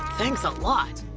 thanks a lot!